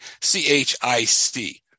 C-H-I-C